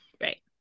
right